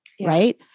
right